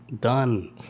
done